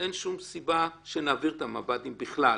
אין שום סיבה שנעביר את המב"דים בכלל.